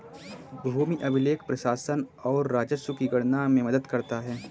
भूमि अभिलेख प्रशासन और राजस्व की गणना में मदद करता है